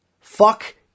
Fuck